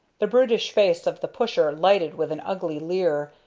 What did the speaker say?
the brutish face of the pusher lighted with an ugly leer,